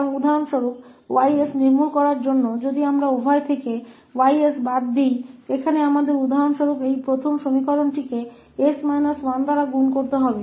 इसलिए उदाहरण के लिए यदि हम 𝑌𝑠 को समाप्त करने के लिए दोनों से 𝑌𝑠 को हटाते हैं तो यहां हमें उदाहरण के लिए इस पहले समीकरण को 𝑠 1 से गुणा करना होगा